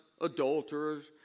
adulterers